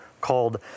called